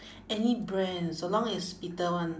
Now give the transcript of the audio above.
any brand so long as bitter one